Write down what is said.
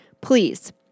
Please